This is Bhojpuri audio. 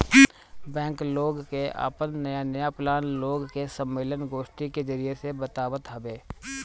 बैंक लोग के आपन नया नया प्लान लोग के सम्मलेन, गोष्ठी के जरिया से बतावत हवे